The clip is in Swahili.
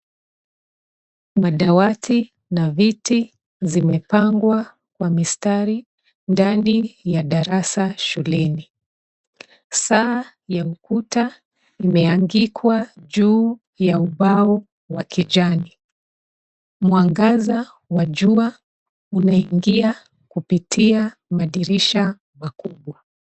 Madawati na viti zimepangwa kwa mistari ndani ya darasa, shuleni. Saa ya ukuta imeangikwa juu ya ubao wa kijani. Mwangaza wa jua umeingia kupitia madirisha makubwa.